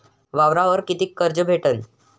वावरावर कितीक कर्ज भेटन?